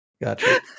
Gotcha